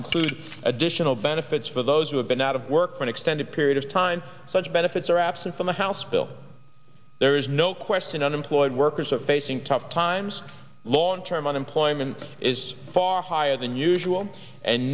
include additional benefits for those who have been out of work for an extended period of time such benefits are absent from the house bill there is no question unemployed workers are facing tough times long term unemployment is far higher than usual and